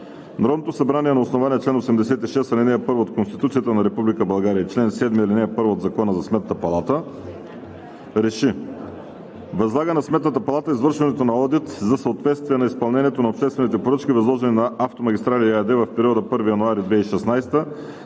Народното събрание на основание чл. 86, ал. 1 от Конституцията на Република България и чл. 7, ал. 1 от Закона за Сметната палата РЕШИ: 1. Възлага на Сметната палата извършването на одит за съответствие на изпълнението на обществените поръчки, възложени на „Автомагистрали“ ЕАД в периода от 1 януари 2016